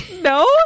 no